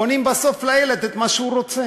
קונים בסוף לילד את מה שהוא רוצה.